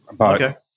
Okay